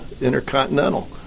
Intercontinental